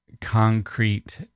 concrete